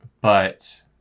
but-